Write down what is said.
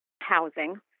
housing